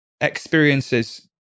experiences